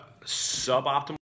suboptimal